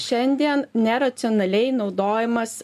šiandien neracionaliai naudojamas